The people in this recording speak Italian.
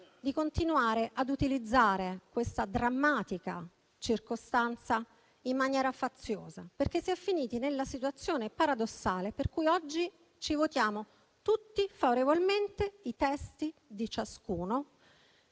di continuare a utilizzare questa drammatica circostanza in maniera faziosa. Si è finiti, infatti, nella situazione paradossale per cui oggi votiamo tutti favorevolmente i testi di ciascuno